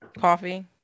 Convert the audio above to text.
Coffee